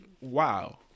Wow